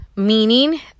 meaning